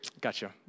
gotcha